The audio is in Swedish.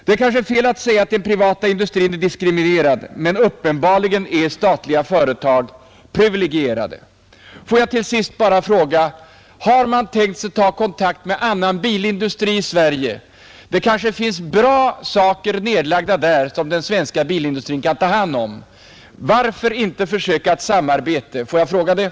Det är kanske fel att säga att den privata industrin är diskriminerad, men uppenbarligen är statliga företag privilegierade. Jag vill till sist bara fråga, om man har avsett att ta kontakt med annan bilindustri i Sverige. Det kanske vid Kalmar verkstads AB kan finnas en del goda tillgångar, som den svenska bilindustrin kunde ta hand om. Varför inte försöka åstadkomma ett sådant samarbete?